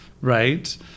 right